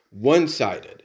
one-sided